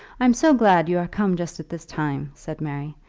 i'm so glad you are come just at this time, said mary.